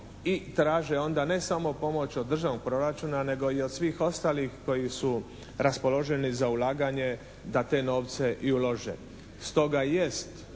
i traže onda ne samo pomoć od državnog proračuna nego i od svih ostalih koji su raspoloženi za ulaganje da te novce i ulože.